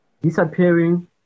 disappearing